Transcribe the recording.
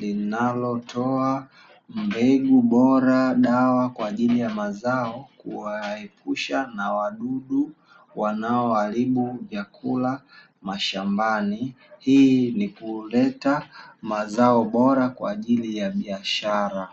linazotoa mbegu bora dawa kwa jili ya mazao kuwaepusha na wadudu wanaoharibu vyakula mashambani, ili kuleta mazao bora kwa ajili ya biashara.